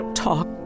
Talk